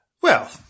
Well